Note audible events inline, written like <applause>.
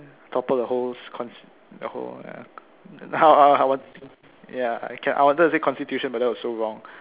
topple the whole cons~ the whole ya <laughs> ya I wanted to say constitution but that was so wrong